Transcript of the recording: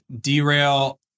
derail